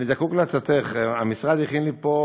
אני זקוק לעצתך: המשרד הכין לי פה